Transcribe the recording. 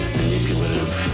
manipulative